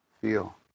feel